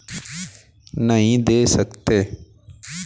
अगर हमारे पास पहले से ऋण है तो क्या हम दोबारा ऋण हैं?